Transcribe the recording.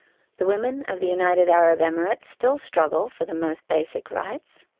the women of the united arab emirates still struggle for the most basic rights.